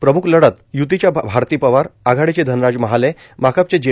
प्रम्ख लढत य्तीच्या भारती पवार आघाडीचे धनराज महाले माकपचे जे